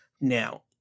now